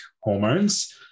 hormones